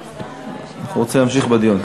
אנחנו רוצים להמשיך בדיון.